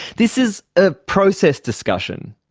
this is a process discussion.